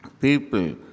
People